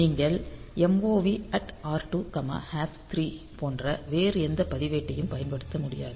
நீங்கள் mov r2 3 போன்ற வேறு எந்த பதிவேட்டையும் பயன்படுத்த முடியாது